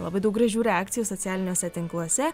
labai daug gražių reakcijų socialiniuose tinkluose